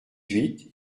huit